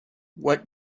what